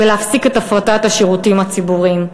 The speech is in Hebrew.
ולהפסיק את הפרטת השירותים הציבוריים.